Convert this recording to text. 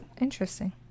interesting